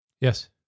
Yes